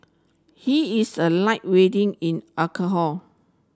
he is a light weighting in alcohol